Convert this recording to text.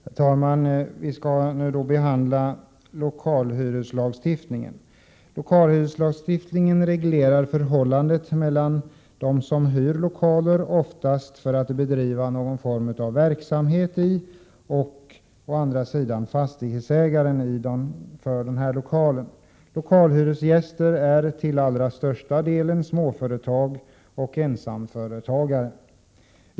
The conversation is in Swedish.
Herr talman! Vi skall nu behandla bostadsutskottets betänkande 21 om lokalhyreslagstiftningen. Lokalhyreslagstiftningen reglerar förhållandet mellan dem som hyr lokaler, oftast för att bedriva någon verksamhet i, och fastighetsägaren. Lokalhyresgäster är till allra största delen småföretag och ensamföretagare.